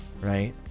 right